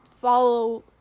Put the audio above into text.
follow